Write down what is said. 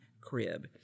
crib